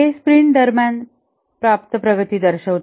हे स्प्रिंट दरम्यान प्राप्त प्रगती दर्शवते